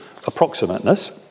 approximateness